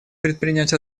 предпринять